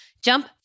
Jump